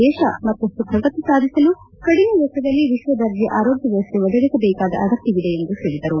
ದೇತ ಮತ್ತಪ್ಟು ಪ್ರಗತಿ ಸಾಧಿಸಲು ಕಡಿಮೆ ವೆಚ್ಚದಲ್ಲಿ ವಿಶ್ವದರ್ಜೆ ಆರೋಗ್ಯ ವ್ಯವಸ್ಥೆ ಒದಗಿಸಬೇಕಾದ ಅಗತ್ಯವಿದೆ ಎಂದು ಹೇಳದರು